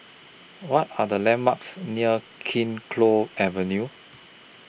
What Are The landmarks near Kee Choe Avenue